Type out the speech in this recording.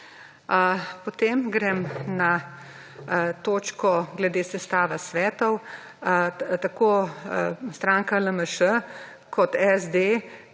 grem na točko glede sestave svetov. Tako stranka LMŠ kot SD